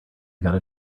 gotta